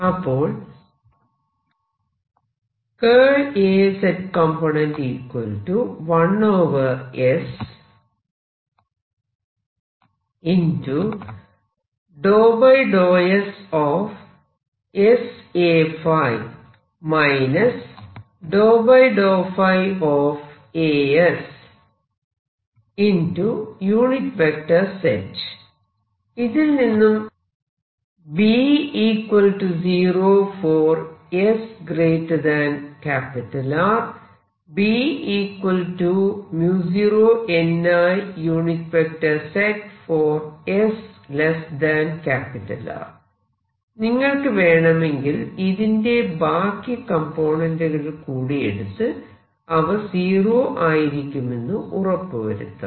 അപ്പോൾ ഇതിൽ നിന്നും നിങ്ങൾക്ക് വേണമെങ്കിൽ ഇതിന്റെ ബാക്കി കംപോണന്റുകൾ കൂടി എടുത്ത് അവ സീറോ ആയിരിക്കുമെന്ന് ഉറപ്പു വരുത്താം